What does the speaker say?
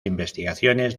investigaciones